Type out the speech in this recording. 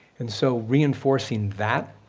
and so reinforcing that,